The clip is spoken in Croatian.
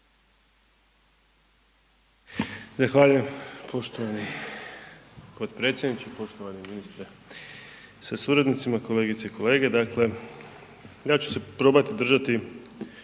poštovani potpredsjedniče, poštovani ministre sa suradnicima, kolegice i kolege. Dakle, ja ću se probati držati